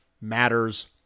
matters